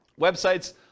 websites